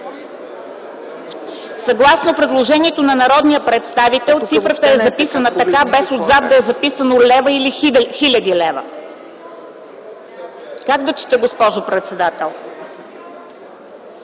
Съгласно предложението на народния представител цифрата е записана така, без отзад да е записано лева или хиляди лева. Как да чета, госпожо председател?